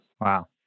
Wow